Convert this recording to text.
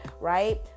right